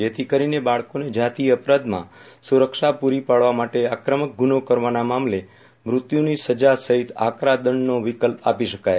જેથી કરીને બાળકોને જાતીય અપરાધમાં સુરક્ષા પૂરી પાડવા માટે આક્રમક ગુનો કરવાના મામલે મૃત્યુની સજા સહિત આકરો દંડનો વિકલ્પ આપી શકાય